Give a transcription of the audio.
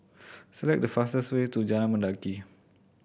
select the fastest way to Jalan Mendaki